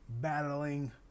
battling